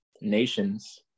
nations